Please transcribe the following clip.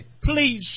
Please